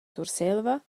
surselva